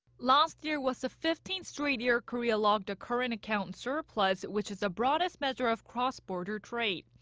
last year was the fifteenth straight year korea logged a current account surplus. which is the broadest measure of cross-border trade.